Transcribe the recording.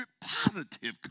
positive